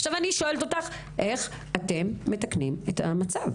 עכשיו אני שואלת אותך איך אתם מתקנים את המצב.